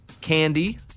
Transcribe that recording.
Candy